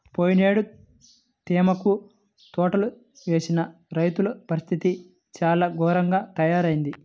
పోయినేడు తేయాకు తోటలు వేసిన రైతుల పరిస్థితి చాలా ఘోరంగా తయ్యారయింది